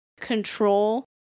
control